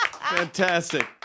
Fantastic